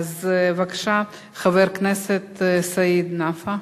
בבקשה, חבר הכנסת סעיד נפאע.